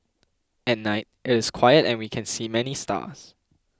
at night it is quiet and we can see many stars